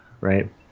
right